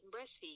breastfeed